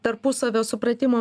tarpusavio supratimo